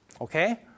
Okay